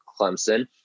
Clemson